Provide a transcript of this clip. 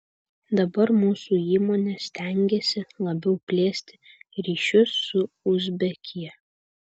dabar mūsų įmonė stengiasi labiau plėsti ryšius su uzbekija